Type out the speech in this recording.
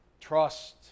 Trust